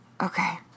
Okay